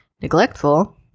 neglectful